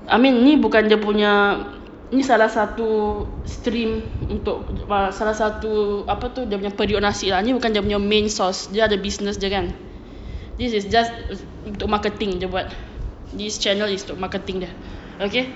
I mean ni bukan dia punya ni salah satu stream untuk salah satu apa tu dia punya periuk nasi ni bukan dia punya main source dia ada business dia this is just untuk marketing jer buat this is channel is untuk marketing dia okay